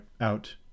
out